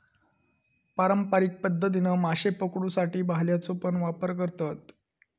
पारंपारिक पध्दतीन माशे पकडुसाठी भाल्याचो पण वापर करतत